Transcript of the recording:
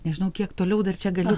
nežinau kiek toliau dar čia galiu